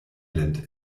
island